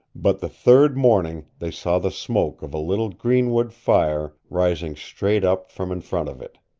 but the third morning they saw the smoke of a little greenwood fire rising straight up from in front of it.